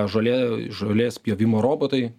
žolė žolės pjovimo robotai